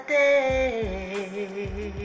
day